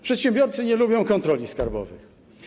Przedsiębiorcy nie lubią kontroli skarbowych.